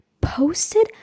posted